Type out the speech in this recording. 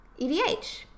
EDH